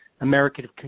American